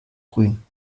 grün